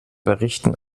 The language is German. berichten